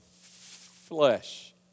flesh